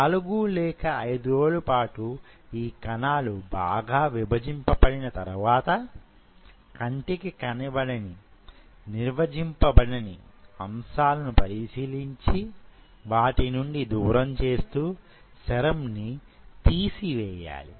నాలుగు లేక అయిదు రోజుల పాటు యీ కణాలు బాగా విభజింపబడిన తరువాత కంటికి కనపడని నిర్వజింపబడని అంశాలను పరిశీలించి వాటి నుండి దూరం చేస్తూ సెరమ్ ని తీసివేయాలి